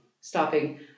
stopping